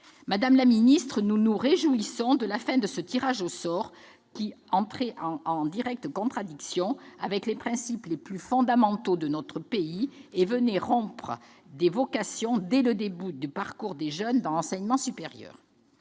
Madame la ministre, nous nous réjouissons de la fin de ce tirage au sort qui entrait en complète contradiction avec les principes les plus fondamentaux de notre pays et qui décourageait des vocations dès les premiers pas de nos jeunes dans l'enseignement supérieur.